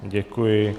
Děkuji.